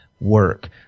work